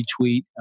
retweet